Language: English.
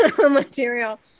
material